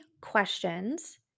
questions